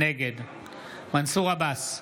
נגד מנסור עבאס,